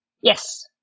Yes